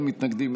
אין מתנגדים,